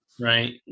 right